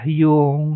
yung